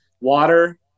water